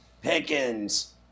Pickens